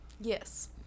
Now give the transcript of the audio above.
Yes